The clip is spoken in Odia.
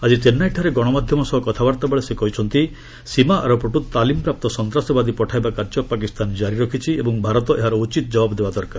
ଆଜି ଚେନ୍ସାଇଠାରେ ଗଣମାଧ୍ୟମ ସହ କଥାବାର୍ତ୍ତାବେଳେ ସେ କହିଛନ୍ତି ସୀମା ଆରପଟୁ ତାମିଲପ୍ରାପ୍ତ ସନ୍ତାସବାଦୀ ପଠାଇବା କାର୍ଯ୍ୟ ପାକିସ୍ତାନ ଜାରି ରଖିଛି ଏବଂ ଭାରତ ଏହାରଉଚିତ ଜବାବ ଦେବା ଦରକାର